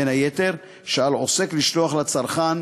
ובין היתר שעל עוסק לשלוח לצרכן